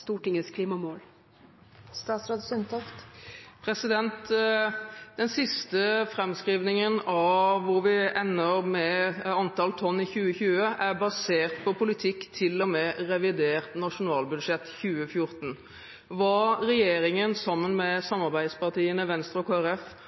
Stortingets klimamål? Den siste framskrivingen av hvor vi ender med antall tonn i 2020, er basert på politikk til og med revidert nasjonalbudsjett for 2014. Hva regjeringen sammen med samarbeidspartiene Venstre og